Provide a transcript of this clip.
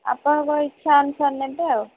ଆପଣଙ୍କ ଇଚ୍ଛା ଅନୁସାରେ ନେବେ ଆଉ